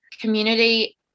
community